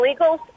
illegals